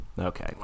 okay